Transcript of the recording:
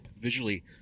visually